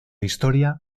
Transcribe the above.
historia